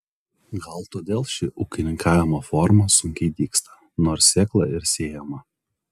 gal todėl ši ūkininkavimo forma sunkiai dygsta nors sėkla ir sėjama